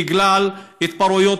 בגלל התפרעויות,